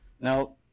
Now